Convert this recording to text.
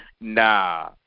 nah